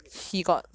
!wah! solid eh